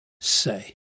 say